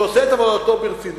שעושה את עבודתו ברצינות.